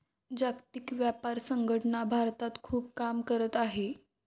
जागतिक व्यापार संघटना भारतात खूप काम करत आहे